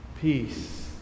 Peace